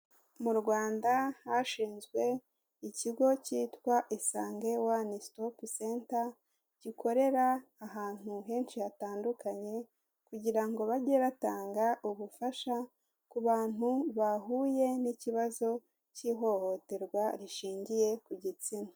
Mu Rwanda hashinzwe ikigo cyitwa isange wani sitopu senta, gikorera ahantu henshi hatandukanye kugira ngo bajye batanga ubufasha ku bantu bahuye n'ikibazo cy'ihohoterwa rishingiye ku gitsina.